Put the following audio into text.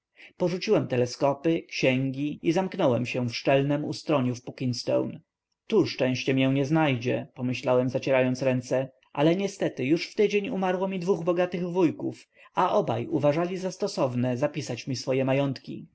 porzuciłem teleskopy księgi i zamknąłem się w szczelnem ustroniu w puckstone tu szczęście mię nie znajdzie pomyślałem zacierając ręce ale niestety już w tydzień umarło mi dwóch bogatych wujów a obaj uważali za stosowne zapisać mi swoje majątki